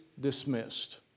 dismissed